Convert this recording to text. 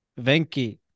Venki